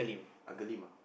Uncle-Lim ah